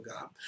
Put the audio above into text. God